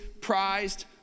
prized